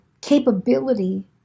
capability